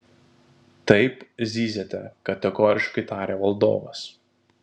taip zyziate kategoriškai tarė valdovas